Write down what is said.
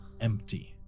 empty